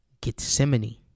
Gethsemane